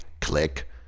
click